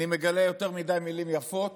אני מגלה יותר מדי מילים יפות